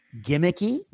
gimmicky